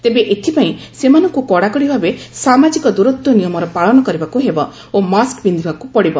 ତେବେ ଏଥିପାଇଁ ସେମାନଙ୍କୁ କଡ଼ାକଡ଼ି ଭାବେ ସାମାଜିକ ଦୂରତ୍ୱ ନିୟମର ପାଳନ କରିବାକୁ ହେବ ଓ ମାସ୍କ ପିନ୍ଧିବାକୁ ପଡ଼ିବ